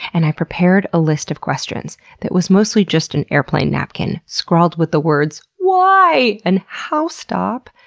and i prepared a list of questions that was mostly just an airplane napkin scrawled with the words whyyyyyy? and how stop?